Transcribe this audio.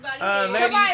Lady